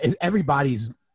everybody's